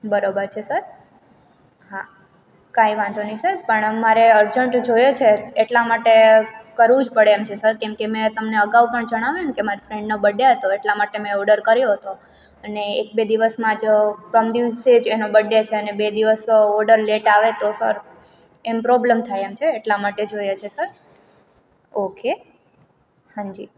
બરોબર છે સર હા કાંઈ વાંધો નહીં સર પણ મારે અર્જન્ટ જોઈએ છે એટલા માટે કરવું જ પડે એમ છે સર કેમકે મેં તમને અગાઉ પણ જણાવ્યુંને કે મારી ફ્રેન્ડનો બડ્ડે હતો એટલા માટે મેં ઓડર કર્યો હતો અને એક બે દિવસમાં જ પરમ દિવસે જ એનો બડ્ડે છે અને બે દિવસ ઓડર લેટ આવે તો સર એમ પ્રોબ્લ્મ થાય એમ છે એટલા માટે જોઈએ છે સર ઓકે હાંજી